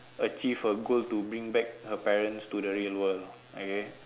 achieve her goal to bring back her parents to the real world okay